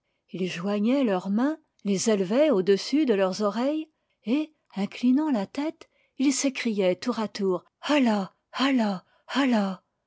ils joignaient leurs mains les élevaient au-dessus de leurs oreilles et inclinant la tête ils s'écriaient tour à tour allah allah allah